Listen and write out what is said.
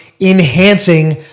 enhancing